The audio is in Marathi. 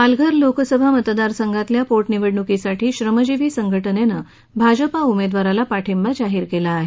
पालघर लोकसभा मतदार संघातल्या पोटनिवडणुकीसाठी श्रमजीवी संघटनेनं भाजपा उमेदवाराला पाठींबा जाहीर केला आहे